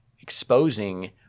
exposing